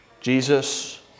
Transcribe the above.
Jesus